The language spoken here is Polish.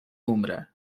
umrę